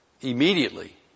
immediately